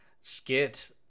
skit